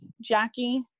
Jackie